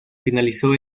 finalizó